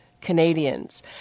Canadians